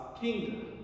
kingdom